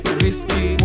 risky